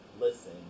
listen